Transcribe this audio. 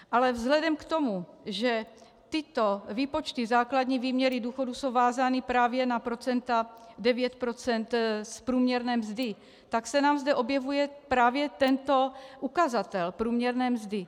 Ale vzhledem k tomu, že tyto výpočty základní výměry důchodu jsou vázány právě na procenta, 9 % z průměrné mzdy, tak se nám zde objevuje právě tento ukazatel průměrné mzdy.